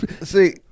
See